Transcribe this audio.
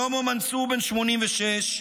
שלמה מנצור, בן 86,